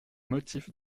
motif